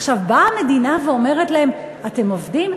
עכשיו באה המדינה ואומרת להם: אתם עובדים.